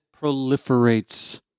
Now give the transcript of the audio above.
proliferates